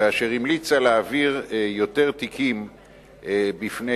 ואשר המליצה להעביר יותר תיקים בפני